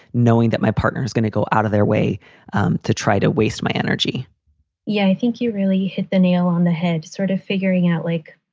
knowing that my partner is going to go out of their way um to try to waste my energy yeah, i think you really hit the nail on the head, sort of figuring out like.